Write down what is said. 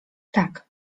tak